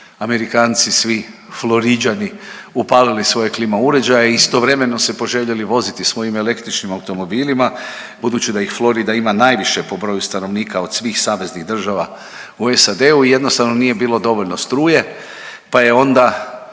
Amerikanci i svi Floriđani upalili svoje klima uređaje i istovremeno se poželjeli voziti svojim električnim automobilima budući da ih Florida ima najviše po broju stanovnika od svih saveznih država u SAD-u i jednostavno nije bilo dovoljno struje, pa je onda